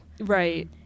Right